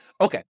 Okay